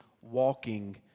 walking